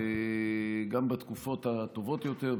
גם בתקופות הטובות יותר,